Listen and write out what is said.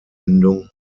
endung